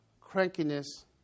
crankiness